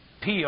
PR